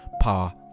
power